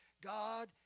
God